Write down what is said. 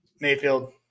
Mayfield